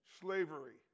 slavery